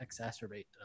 exacerbate